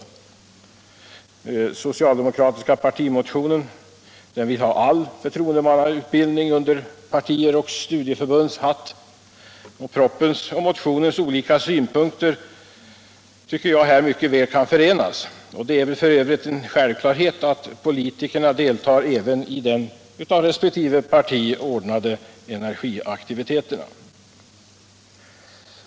Den socialdemokratiska motionen vill ha all förtroendemannautbildning under partiernas och studieförbundens hatt. Jag tycker att propositionens och motionens olika synpunkter i detta avseende mycket väl kan förenas. Det borde f.ö. vara en självklarhet att politikerna deltar även i de av resp. parti anordnade energiaktiviteterna.